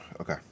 Okay